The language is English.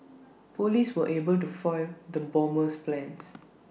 Police were able to foil the bomber's plans